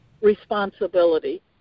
responsibility